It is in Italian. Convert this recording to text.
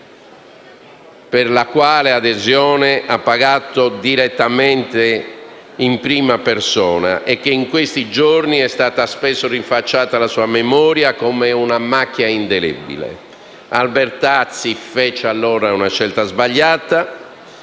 per la quale ha pagato direttamente in prima persona e che in questi giorni è stata spesso rinfacciata alla sua memoria come una macchia indelebile. Albertazzi fece allora una scelta sbagliata